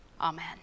Amen